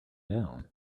down